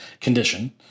condition